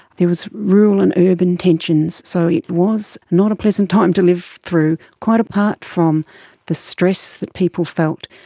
there was rural and urban tensions, so it was not a pleasant time to live through, quite apart from the stress that people felt,